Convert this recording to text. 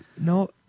no